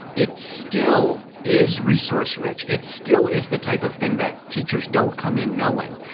it still is resource rich, it still is the type of thing that teachers don't come in knowing,